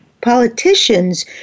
politicians